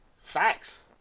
facts